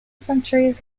centuries